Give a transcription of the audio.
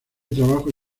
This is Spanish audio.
trabajo